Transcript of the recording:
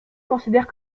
considère